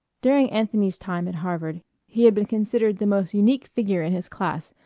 during anthony's time at harvard he had been considered the most unique figure in his class,